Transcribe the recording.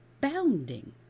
bounding